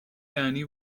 یعنی